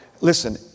Listen